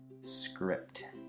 script